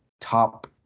top